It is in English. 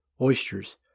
oysters